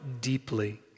deeply